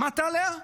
שמעת עליה?